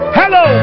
hello